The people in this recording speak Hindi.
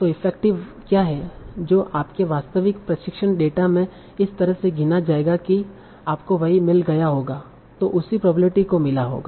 तों इफेक्टिव क्या है जो आपके वास्तविक प्रशिक्षण डेटा में इस तरह से गिना जाएगा कि आपको वही मिल गया होगा जो उसी प्रोबाबिलिटी को मिला होगा